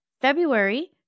February